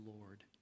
Lord